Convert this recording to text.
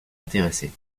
intéresser